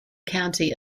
county